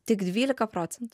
tik dvylika procentų